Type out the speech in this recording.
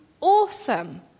awesome